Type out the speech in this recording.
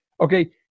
okay